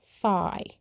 Phi